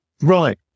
Right